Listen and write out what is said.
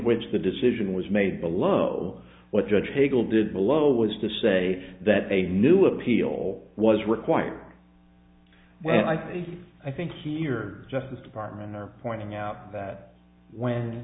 which the decision was made below what judge hegel did below was to say that a new appeal was required when i think i think he or justice department are pointing out that when